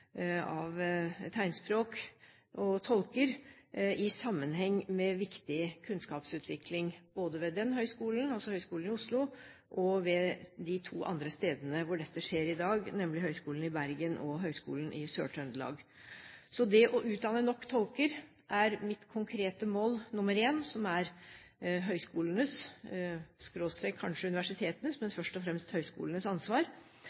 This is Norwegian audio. tolker i sammenheng med viktig kunnskapsutvikling både ved den høyskolen – altså Høgskolen i Oslo – og ved de to andre stedene hvor dette skjer i dag, nemlig Høgskolen i Bergen og Høgskolen i Sør-Trøndelag. Så det å utdanne nok tolker er mitt konkrete mål nr. 1, som er høyskolenes, kanskje universitetenes – men først og fremst høyskolenes – ansvar.